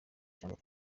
cyangwa